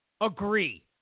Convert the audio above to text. agree